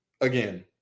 Again